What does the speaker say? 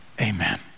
amen